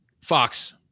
Fox